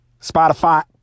Spotify